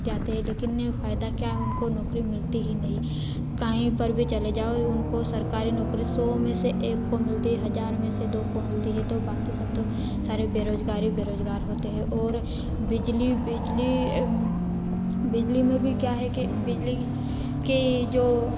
जाते हैं लेकिन फायदा क्या है उनको नौकरी मिलती ही नहीं कहीं पर भी चले जाओ उनको सरकारी नौकरी सौ में से एक को मिलती है हजार में से दो को मिलती हे तो बाकि सब तो सारे बेरोजगार ही बेरोजगार होते हैं और बिजली बिजली बिजली में भी क्या है के बिजली की जो